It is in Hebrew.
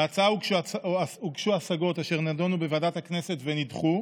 להצעה הוגשו השגות, אשר נדונו בוועדת הכנסת ונדחו,